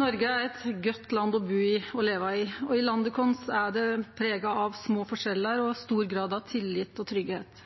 Noreg er eit godt land å bu og leve i. Landet vårt er prega av små forskjellar og stor grad av tillit og tryggleik.